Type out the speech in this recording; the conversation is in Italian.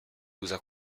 usa